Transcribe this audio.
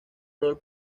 rol